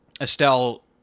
Estelle